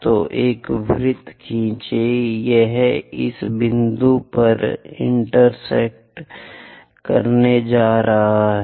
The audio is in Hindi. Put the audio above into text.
तो एक वृत्त खींचिए यह इस बिंदु पर इंटेरसेक्ट करने वाला है